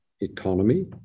economy